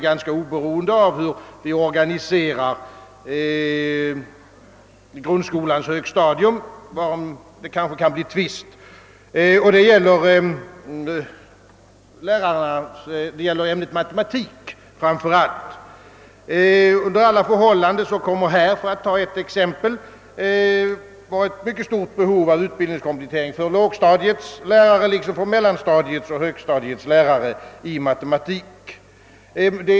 Ganska oberoende av hur grundskolans högstadium organiseras — varom det kanske kan uppstå tvist — kommer det, för att ta ett exempel, framför allt beträffande ämnet matematik att föreligga ett mycket stort behov av utbildningskomplettering för låg-, mellanoch högstadiets lärare.